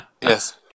Yes